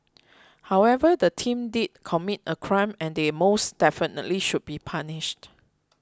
however the team did commit a crime and they most definitely should be punished